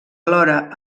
alhora